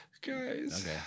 guys